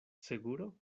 seguro